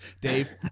Dave